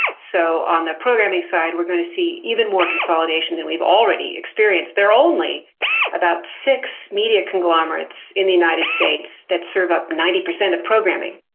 so on the programming side we're going to see even more consolidation than we have already experienced. there are only about six media conglomerates in the united states that serve up ninety percent of programming,